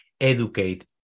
educate